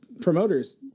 promoters